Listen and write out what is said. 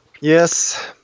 Yes